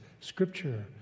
scripture